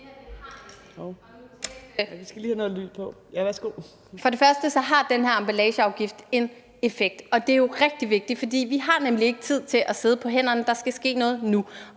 For det første har den her emballageafgift en effekt, og det er jo rigtig vigtigt, for vi har nemlig ikke tid til at sidde på hænderne. Der skal ske noget nu,